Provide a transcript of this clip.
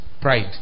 pride